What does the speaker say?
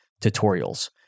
tutorials